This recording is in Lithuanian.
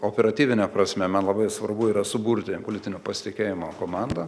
operatyvine prasme man labai svarbu yra suburti politinio pasitikėjimo komandą